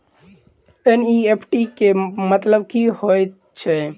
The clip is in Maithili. एन.ई.एफ.टी केँ मतलब की हएत छै?